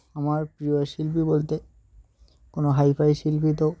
আমার প্রিয় শিল্পী বলতে কোনো হাইফাই শিল্পী তো